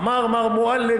אמר מר מועלם,